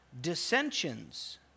dissensions